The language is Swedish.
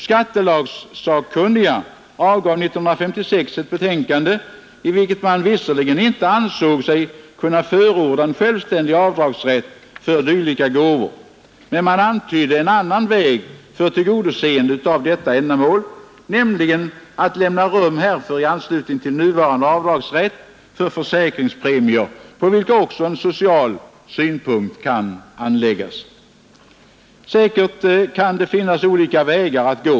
Skattelagssakkunniga avgav 1956 ett betänkande, i vilket man visserligen inte ansåg sig kunna förorda en självständig avdragsrätt för sådana gåvor men antydde en annan väg för tillgodoseende av ändamålet, nämligen att lämna rum härför i anslutning till nuvarande avdragsrätt för försäkringspremier, på vilka också en social synpunkt kan anläggas. Säkert finns det olika vägar att gå.